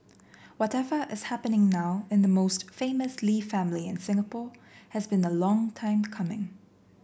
whatever is happening now in the most famous Lee family in Singapore has been a long time coming